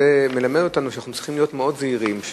זה מלמד אותנו שאנחנו צריכים להיות מאוד זהירים.